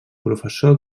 professor